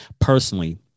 personally